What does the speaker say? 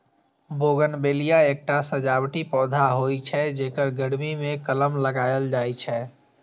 bougainvillea एकटा सजावटी पौधा होइ छै, जेकर गर्मी मे कलम लगाएल जाइ छै